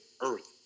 earth